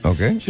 Okay